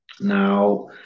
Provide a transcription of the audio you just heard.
Now